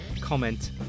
comment